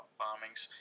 bombings